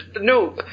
no